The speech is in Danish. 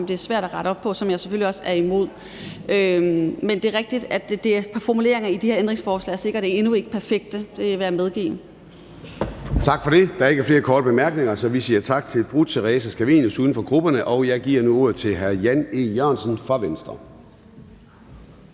det er svært at rette op på, og som jeg selvfølgelig også er imod. Men det er rigtigt, at formuleringerne i de her ændringsforslag sikkert endnu ikke er perfekte; det vil jeg medgive. Kl. 10:09 Formanden (Søren Gade): Tak for det. Der er ikke flere korte bemærkninger, så vi siger tak til fru Theresa Scavenius, uden for grupperne. Jeg giver nu ordet til hr. Jan E. Jørgensen fra Venstre.